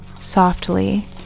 softly